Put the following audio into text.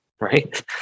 right